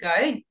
go